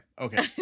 okay